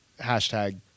hashtag